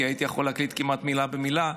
כי הייתי יכול להקליד כמעט מילה במילה.